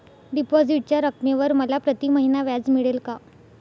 डिपॉझिटच्या रकमेवर मला प्रतिमहिना व्याज मिळेल का?